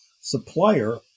supplier